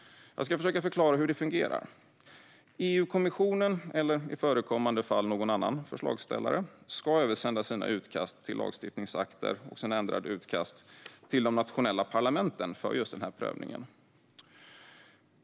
Jag ska försöka förklara hur det hela fungerar. EU-kommissionen, eller i förekommande fall någon annan förslagsställare, ska översända sina utkast till lagstiftningsakter och sina ändrade utkast till de nationella parlamenten för prövning.